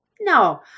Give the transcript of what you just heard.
No